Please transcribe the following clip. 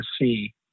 see